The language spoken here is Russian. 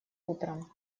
утром